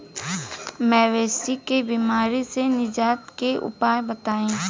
मवेशी के बिमारी से निजात के उपाय बताई?